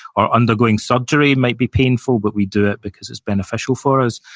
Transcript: or undergoing surgery might be painful, but we do it because it's beneficial for us.